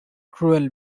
cruel